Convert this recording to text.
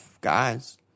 guys